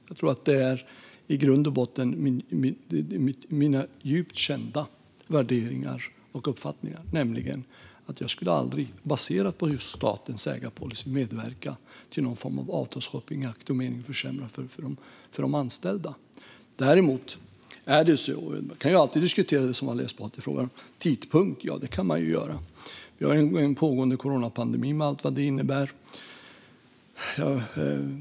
Jag tror att detta är mina i grund och botten djupt kända värderingar och uppfattningar: Jag skulle aldrig, baserat på statens ägarpolicy, medverka till någon form av avtalsshopping i akt och mening att försämra för de anställda. Däremot kan man alltid diskutera det som Ali Esbati frågar om: tidpunkten. Vi har en pågående coronapandemi, med allt vad det innebär.